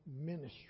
ministry